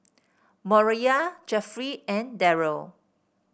Moriah Jeffrey and Deryl